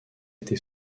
été